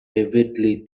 vividly